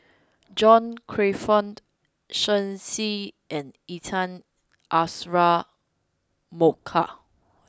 John Crawfurd Shen Xi and Intan Azura Mokhtar